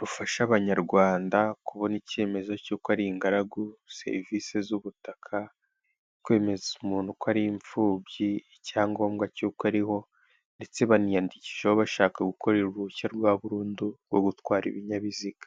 rufasha abanyarwanda kubona: icyemezo cy'uko ari ingaragu, serivise z'ubutaka, kwemeza umuntu ko ari imfubyi, icyangobwa cy'uko ariho ndetse baniyandikishaho bashaka gukorera uruhushya rwa burundu rwo gutwara ibinyabiziga.